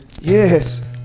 Yes